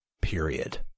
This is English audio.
period